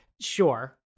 sure